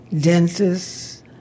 dentists